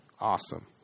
Awesome